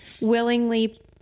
willingly